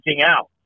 out